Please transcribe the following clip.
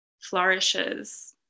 flourishes